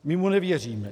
My mu nevěříme.